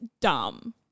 dumb